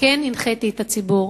וכן הנחיתי את הציבור